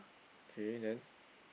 okay then